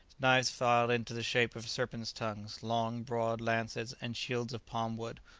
knives filed into the shape of serpents' tongues, long, broad lances, and shields of palm wood,